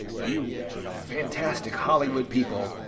you fantastic hollywood people,